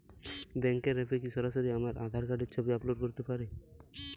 ব্যাংকের অ্যাপ এ কি সরাসরি আমার আঁধার কার্ডের ছবি আপলোড করতে পারি?